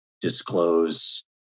disclose